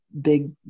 big